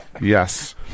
yes